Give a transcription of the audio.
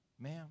ma'am